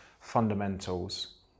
fundamentals